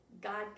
God